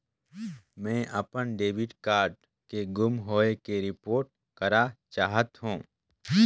मैं अपन debit card के गुम होवे के रिपोर्ट करा चाहत हों